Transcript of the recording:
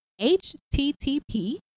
http